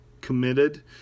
committed